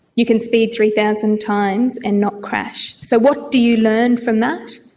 you can speed three thousand times and not crash. so what do you learn from that?